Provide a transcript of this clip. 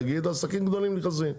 נגיד עסקים גדולים נכנסים,